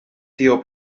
sido